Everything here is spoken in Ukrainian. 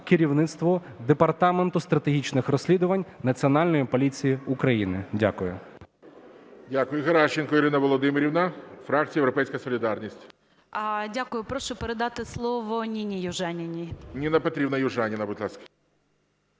керівництво Департаменту стратегічних розслідувань Національної поліції України. Дякую.